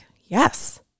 yes